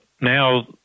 Now